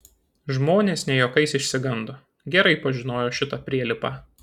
žmonės ne juokais išsigando gerai pažinojo šitą prielipą